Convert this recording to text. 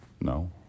No